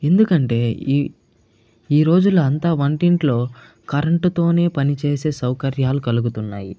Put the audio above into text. ఎందుకంటే ఈ ఈ రోజుల్లో అంతా వంటింట్లో కరెంట్తోనే పనిచేసే సౌకర్యాలు కలుగుతున్నాయి